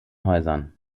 häusern